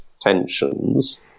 tensions